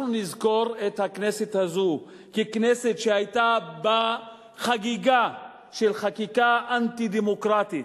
נזכור את הכנסת הזאת ככנסת שהיתה בה חגיגה של חקיקה אנטי-דמוקרטית,